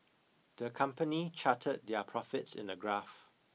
the company charted their profits in a graph